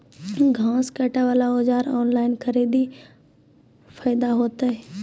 घास काटे बला औजार ऑनलाइन खरीदी फायदा होता?